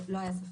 לא היה ספק.